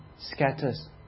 scatters